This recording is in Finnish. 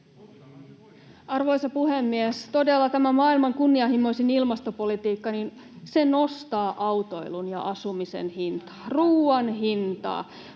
Arvoisa puhemies! Todella, tämä maailman kunnianhimoisin ilmastopolitiikka nostaa autoilun ja asumisen hintaa, [Eduskunnasta: